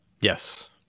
yes